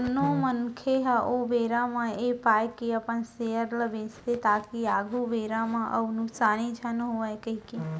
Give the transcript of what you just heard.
कोनो मनखे ह ओ बेरा म ऐ पाय के अपन सेयर ल बेंचथे ताकि आघु बेरा म अउ नुकसानी झन होवय कहिके